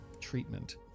treatment